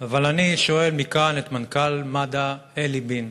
אבל אני שואל מכאן את מנכ"ל מד"א אלי בין: